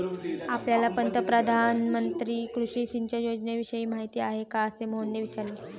आपल्याला प्रधानमंत्री कृषी सिंचन योजनेविषयी माहिती आहे का? असे मोहनने विचारले